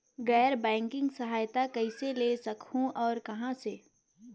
गैर बैंकिंग सहायता कइसे ले सकहुं और कहाँ से?